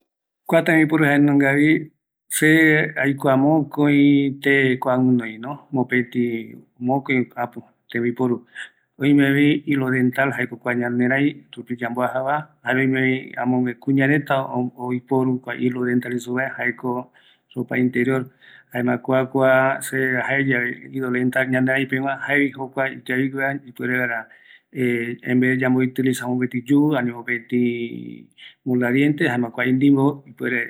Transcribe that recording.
Kua jaevi inimbo yaiporu ñanerai pegua, kua ikavi yareko vi aguiyeara yaiporu ɨvɨra juu, kua jaevi tembiporu ikavigue ñanoi vaera